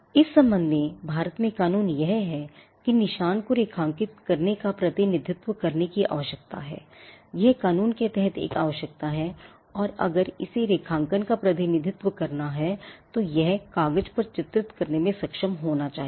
इस संबंध में भारत में कानून यह है कि निशान को रेखांकन का प्रतिनिधित्व होना चाहिए